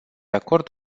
acord